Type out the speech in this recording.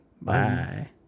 Bye